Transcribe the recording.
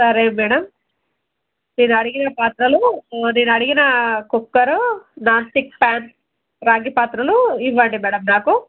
సరే మేడం నేను అడిగిన పాత్రలు నేను అడిగిన కుక్కరు నాన్స్టిక్ ఫ్యాన్ రాగి పాత్రలు ఇవ్వండి మేడం నాకు